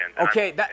Okay